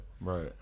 Right